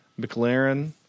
McLaren